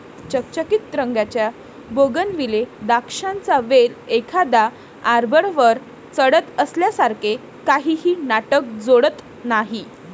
चकचकीत रंगाच्या बोगनविले द्राक्षांचा वेल एखाद्या आर्बरवर चढत असल्यासारखे काहीही नाटक जोडत नाही